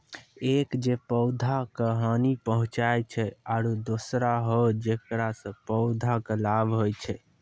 एक जे पौधा का हानि पहुँचाय छै आरो दोसरो हौ जेकरा सॅ पौधा कॅ लाभ होय छै